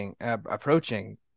approaching